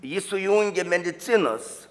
ji sujungia medicinos